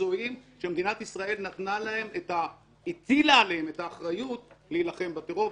המקצועיים שמדינת ישראל הטילה עליהם את האחריות להילחם בטרור.